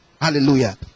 Hallelujah